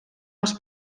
els